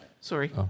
Sorry